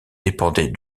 dépendait